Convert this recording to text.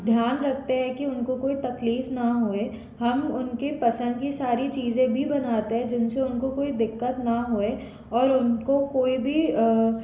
ध्यान रखते हैं कि उनको कोई तकलीफ़ ना होए हम उनके पसंद की सारी चीज़ें भी बनाते हैं जिनसे उनको कोई दिक़्क़त ना होए और उनको कोई भी